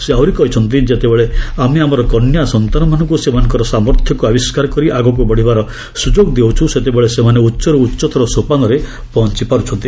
ସେ ଆହୁରି କହିଛନ୍ତି ଯେତେବେଳେ ଆମର କନ୍ୟା ସନ୍ତାନମାନଙ୍କୁ ସେମାନଙ୍କର ସାମର୍ଥ୍ୟକୁ ଆବିଷ୍କାର କରି ଆଗକୁ ବଢ଼ିବାର ସୁଯୋଗ ଦେଉଛୁ ସେତେବେଳେ ସେମାନେ ଉଚ୍ଚରୁ ଉଚ୍ଚତର ସୋପାନରେ ପହଞ୍ଚ ପାରୁଛନ୍ତି